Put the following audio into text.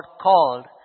called